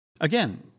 Again